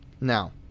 now